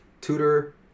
Tutor